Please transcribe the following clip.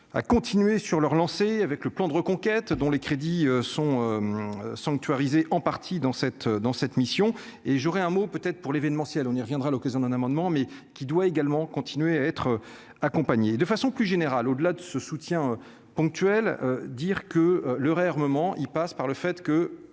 à continuer sur leur lancée avec le plan de reconquête dont les crédits sont sanctuarisés, en partie dans cette, dans cette mission et j'aurai un mot peut-être pour l'événementiel, on y reviendra à l'occasion d'un amendement, mais qui doit également continuer à être accompagné de façon plus générale au-delà de ce soutien ponctuel, dire que le réarmement, il passe par le fait que,